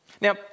Now